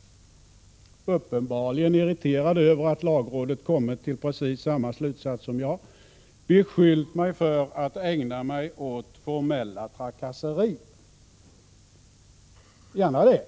— uppenbarligen irriterad över att lagrådet kommit till precis samma slutsats som jag — beskyllt mig för att ägna mig åt formella trakasserier. Gärna det.